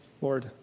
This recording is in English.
Lord